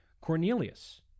Cornelius